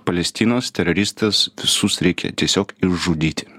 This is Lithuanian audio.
palestinos teroristus visus reikia tiesiog išžudyti